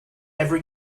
every